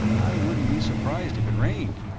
i wouldn't be surprised if it rained.